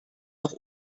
auch